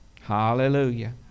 Hallelujah